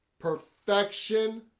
perfection